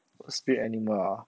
我 spirit animal ah